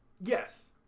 Yes